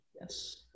yes